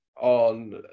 on